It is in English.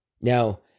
Now